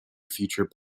future